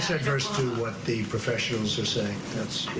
adverse to what the professionals are saying.